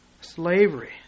slavery